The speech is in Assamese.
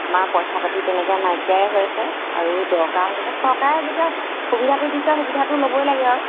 আমাৰ পইচা পাতি তেনেকৈ নাইকিয়াই হৈ আছে আৰু দৰকাৰ হৈ থাকে চৰকাৰে যেতিয়া সুবিধাটো দিছে সুবিধাটো ল'বই লাগে আৰু